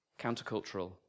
countercultural